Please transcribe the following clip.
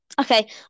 Okay